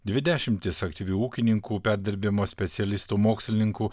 dvi dešimtys aktyvių ūkininkų perdirbimo specialistų mokslininkų